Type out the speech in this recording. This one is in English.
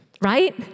right